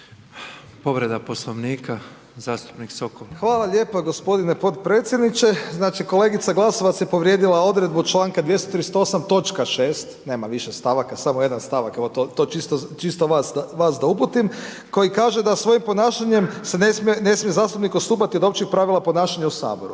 Povreda Poslovnika zastupnik Sokol. **Sokol, Tomislav (HDZ)** Hvala lijepa gospodine potpredsjedniče. Znači kolegica Glasovac je povrijedila odredbu članka 238. točka 6. Nema više stavaka, samo jedan stavak, evo to čisto vas da uputim, koji kaže da svojim ponašanjem ne smije zastupnik odstupati od općih pravila ponašanja u Saboru.